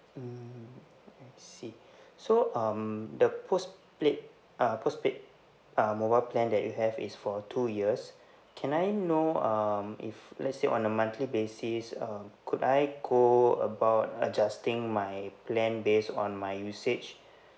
mm I see so um the postpaid uh postpaid uh mobile plan that you have is for two years can I know um if let's say on a monthly basis um could I go about adjusting my plan based on my usage